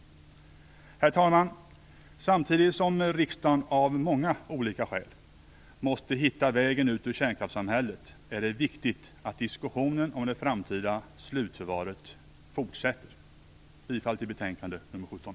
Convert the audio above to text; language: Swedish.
Herr talman! Samtidigt som riksdagen av många olika skäl måste hitta en väg ut ur kärnkraftssamhället är det viktigt att diskussionen om det framtida slutförvaret fortsätter. Jag yrkar bifall till hemställan i betänkande nr 17.